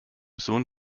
sohn